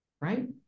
right